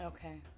Okay